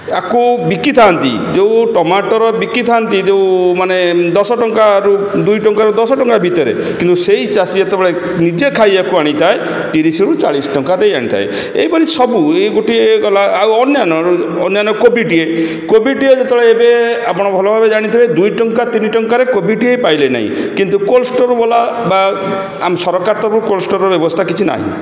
ଏହାକୁ ବିକିଥାନ୍ତି ଯେଉଁ ଟମାଟର ବିକିଥାନ୍ତି ଯେଉଁ ମାନେ ଦଶ ଟଙ୍କା ଦୁଇ ଟଙ୍କାରୁ ଦଶ ଟଙ୍କା ଭିତରେ ସେହି ଚାଷୀ ଯେତେବେଳେ ନିଜେ ଖାଇବାକୁ ଆଣିଥାଏ ତିରିଶରୁ ଚାଳିଶ ଟଙ୍କା ଦେଇ ଆଣିଥାଏ ଏହିଭଳି ସବୁ ଏଇ ଗୋଟିଏ ଗଲା ଆଉ ଅନ୍ୟାନ୍ୟ ଅନ୍ୟାନ୍ୟ କୋବିଟିଏ କୋବିଟିଏ ଯେତେବେଳେ ଆପଣ ଭଲ ଭାବରେ ଜାଣିଥିବେ ଦୁଇ ଟଙ୍କା ତିନି ଟଙ୍କାରେ କୋବିଟିଏ ପାଇଲେ ନାହିଁ କିନ୍ତୁ କୋଲ୍ଡ୍ ଷ୍ଟୋର୍ବାଲା ଆମ ସରକର ତରଫରୁ କୋଲ୍ଡ୍ ଷ୍ଟୋର୍ର ବ୍ୟବସ୍ଥା କିଛି ନାହିଁ